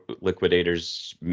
liquidators